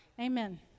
Amen